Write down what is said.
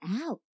out